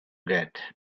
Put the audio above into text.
get